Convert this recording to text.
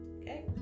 okay